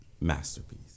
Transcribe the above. masterpiece